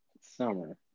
Summer